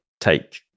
take